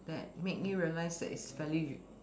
that make me realize that is fairly